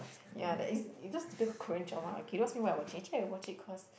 ya that is it's just typical Korean drama okay don't ask me why I watch it actually I watch it cause